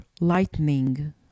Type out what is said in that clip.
lightning